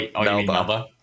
Melba